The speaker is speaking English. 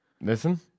Listen